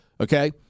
okay